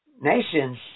nations